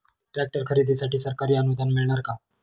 Tractor खरेदीसाठी सरकारी अनुदान मिळणार का?